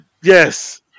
Yes